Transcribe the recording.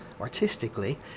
artistically